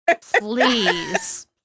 Please